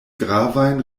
gravajn